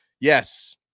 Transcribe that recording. Yes